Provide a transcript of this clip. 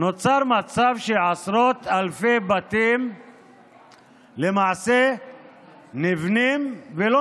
נוצר מצב שעשרות אלפי בתים למעשה נבנים ולא